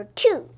two